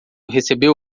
recebeu